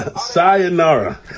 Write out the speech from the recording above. Sayonara